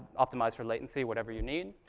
optimize for latency, whatever you need.